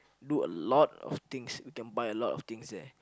do a lot of things we can buy a lot of things there